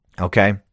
Okay